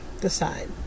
decide